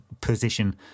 position